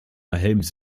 helms